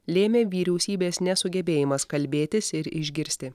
lėmė vyriausybės nesugebėjimas kalbėtis ir išgirsti